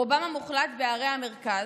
רובן המוחלט בערי המרכז.